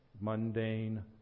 Mundane